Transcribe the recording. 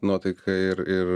nuotaiką ir ir